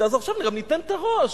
אז עכשיו ניתן את הראש.